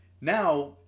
Now